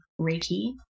Reiki